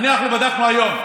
אנחנו בדקנו היום.